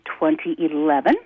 2011